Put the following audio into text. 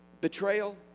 betrayal